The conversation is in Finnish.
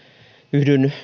yhdyn